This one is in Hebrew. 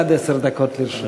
עד עשר דקות לרשותך.